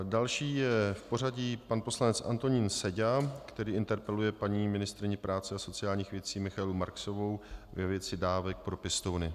Další je v pořadí pan poslanec Antonín Seďa, který interpeluje paní ministryni práce a sociálních věcí Michaelu Marksovou ve věci dávek pro pěstouny.